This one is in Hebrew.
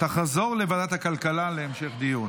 לוועדת הכלכלה נתקבלה.